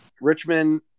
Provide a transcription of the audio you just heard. Richmond